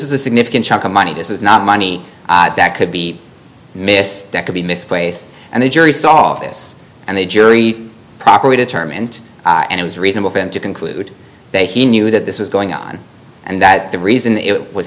is a significant chunk of money this is not money that could be mis could be misplaced and the jury saw this and the jury properly determined and it was reasonable for them to conclude that he knew that this was going on and that the reason it was